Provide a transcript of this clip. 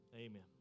Amen